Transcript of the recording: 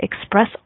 express